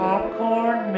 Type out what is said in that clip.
Popcorn